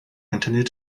continued